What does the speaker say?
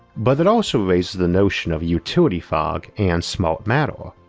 but that also raises the notion of utility fog and smart matter.